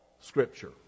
Scripture